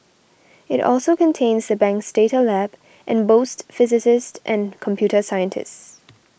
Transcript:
it also contains the bank's data lab and boasts physicists and computer scientists